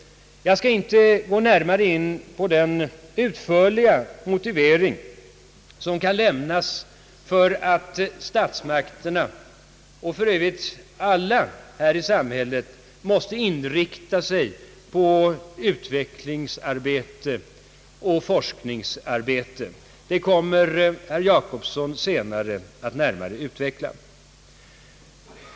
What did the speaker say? Jag skall inte gå närmare in på den utförliga motivering som kan lämnas för att statsmakterna och industrin måste alltmer inrikta sig på utvecklingsarbete och forskningsarbete. Motiven härför kommer herr Gösta Jacobsson senare att närmare utveckla.